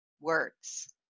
words